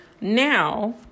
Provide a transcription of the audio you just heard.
now